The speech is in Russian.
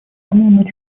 самого